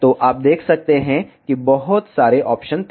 तो आप देख सकते हैं कि बहुत सारे ऑप्शन थे